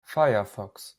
firefox